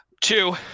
Two